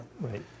Right